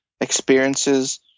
experiences